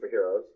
superheroes